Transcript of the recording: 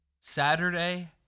Saturday